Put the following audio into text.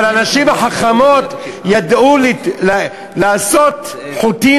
אבל הנשים החכמות ידעו לעשות חוטים